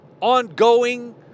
ongoing